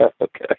okay